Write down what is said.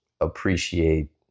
appreciate